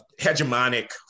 hegemonic